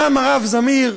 קם הרב זמיר,